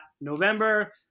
November